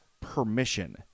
permission